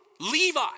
Levi